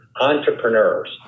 entrepreneurs